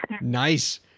Nice